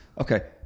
Okay